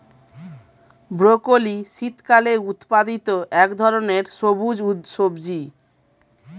broccoli শীতকালে উৎপাদিত এক ধরনের সবুজ সবজি